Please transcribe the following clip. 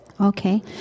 Okay